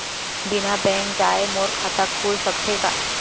बिना बैंक जाए मोर खाता खुल सकथे का?